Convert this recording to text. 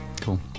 Cool